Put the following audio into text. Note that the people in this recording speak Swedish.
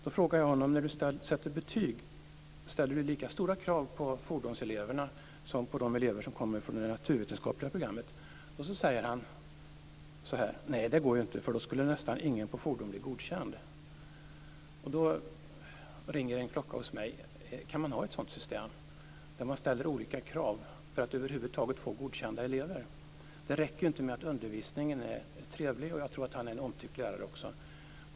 Då frågade jag honom: När du sätter betyg, ställer du lika stora krav på fordonseleverna som på de elever som kommer från det naturvetenskapliga programmet? Då säger han: Nej, det går ju inte. Då skulle nästan ingen på fordon bli godkänd. Då ringer en klocka hos mig. Kan man ha ett sådant system där man ställer olika krav för att över huvud taget få godkända elever? Jag tror att han är en omtyckt lärare, men det räcker inte med att undervisningen är trevlig.